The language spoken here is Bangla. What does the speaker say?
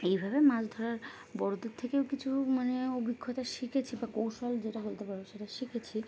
এইভাবে মাছ ধরার বড়দের থেকেও কিছু মানে অভিজ্ঞতা শিখেছি বা কৌশল যেটা বলতে পারো সেটা শিখেছি